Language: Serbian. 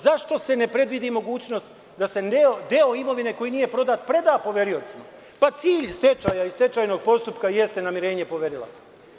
Zašto se ne predvidi mogućnost da se deo imovine koji nije prodat preda poveriocima, jer je cilj stečaja i stečajnog postupka namirenje poverilaca.